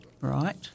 Right